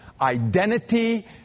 Identity